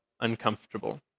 uncomfortable